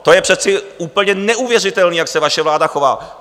To je přece úplně neuvěřitelný, jak se vaše vláda chová!